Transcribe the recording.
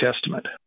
Testament